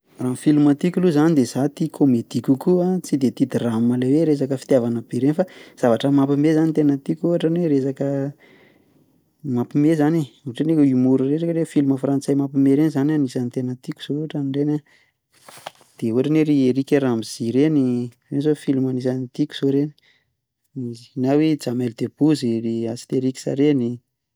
Raha ny filma tiako loha zany de za tia comédie kokoa, tsy de tia drame le hoe RESAKA fitiavana be reny fa zavatra mampihomehy zany no tena tiako ohatra ny hoe resaka mampihomehy zany, ohatra ny hoe humour reny filma frantsay le mampimehy reny zany anisany tena tiako zao ohatran'reny a de ohatra ny hoe ry Eric Ramzy reny, reny zao filma anisany tiako zao reny, na hoe Jamel Debbouze, ry Astérix reny.